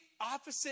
opposite